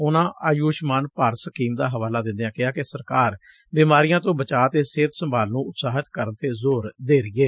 ਉਨਾਂ ਆਯੁਸ਼ਮਾਨ ਭਾਰਤ ਸਕੀਮ ਦਾ ਹਵਾਲਾ ਦਿੰਦਿਆਂ ਕਿਹਾ ਕਿ ਸਰਕਾਰ ਬਿਮਾਰੀਆਂ ਤੋਂ ਬਚਾਅ ਅਤੇ ਸਿਹਤ ਸੰਭਾਲ ਨੂੰ ਉਤਸ਼ਾਹਤ ਕਰਨ ਤੇ ਜ਼ੋਰ ਦੇ ਰਹੀ ਏ